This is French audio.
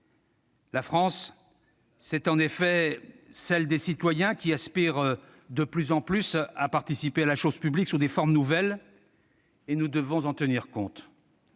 La France, c'est en effet celle des citoyens qui aspirent de plus en plus à participer à la chose publique sous des formes nouvelles, et nous devons en tenir compte,